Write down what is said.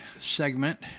segment